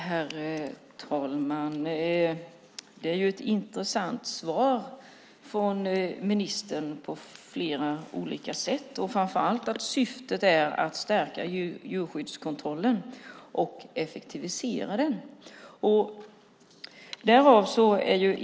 Herr talman! Det är ett på flera sätt intressant svar som ministern ger, framför allt att syftet är att stärka djurskyddskontrollen samt effektivisera den.